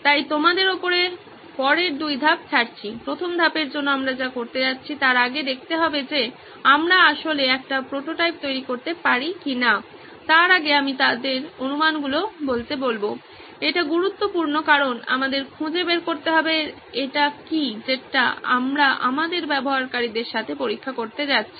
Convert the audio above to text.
তাই তোমাদের ওপর পরের দুই ধাপ ছাড়ছি প্রথম ধাপের জন্য আমরা যা করতে যাচ্ছি তার আগে দেখতে হবে যে আমরা আসলে একটি প্রোটোটাইপ তৈরি করতে পারি কিনা তার আগে আমি তাদের অনুমানগুলি বলতে বলব এটি গুরুত্বপূর্ণ কারণ আমাদের খুঁজে বের করতে হবে এটা কি যেটা আমরা আমাদের ব্যবহারকারীদের সাথে পরীক্ষা করতে যাচ্ছি